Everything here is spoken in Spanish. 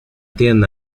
tienda